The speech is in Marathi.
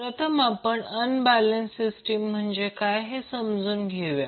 प्रथम आपण अनबॅलेन्स सिस्टीम म्हणजे काय हे समजून घेऊया